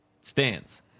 stance